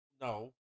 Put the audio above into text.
No